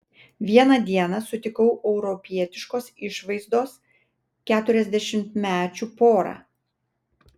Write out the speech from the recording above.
vieną dieną sutikau europietiškos išvaizdos keturiasdešimtmečių porą